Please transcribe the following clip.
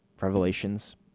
Revelations